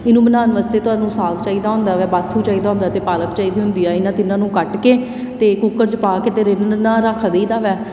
ਇਹਨੂੰ ਬਣਾਉਣ ਵਾਸਤੇ ਤੁਹਾਨੂੰ ਸਾਗ ਚਾਹੀਦਾ ਹੁੰਦਾ ਵੈ ਬਾਥੂ ਚਾਹੀਦਾ ਹੁੰਦਾ ਅਤੇ ਪਾਲਕ ਚਾਹੀਦੀ ਹੁੰਦੀ ਹੈ ਇਹਨਾਂ ਤਿੰਨਾਂ ਨੂੰ ਕੱਟ ਕੇ ਅਤੇ ਕੂਕਰ 'ਚ ਪਾ ਕੇ ਅਤੇ ਰਿੰਨ੍ਹਣਾ ਰੱਖ ਦੇਈਦਾ ਵੈ